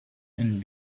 and